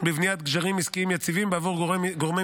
בבניית גשרים עסקיים יציבים בעבור גורמי